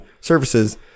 Services